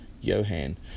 Johan